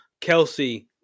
Kelsey